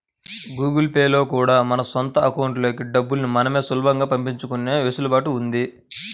Google Pay లో కూడా మన సొంత అకౌంట్లకి డబ్బుల్ని మనమే సులభంగా పంపించుకునే వెసులుబాటు ఉంది